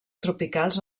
tropicals